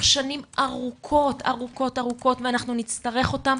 שנים ארוכות-ארוכות ואנחנו נצטרך אותם